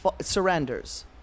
surrenders